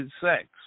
sex